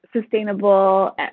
sustainable